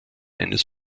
eines